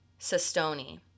Sestoni